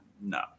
no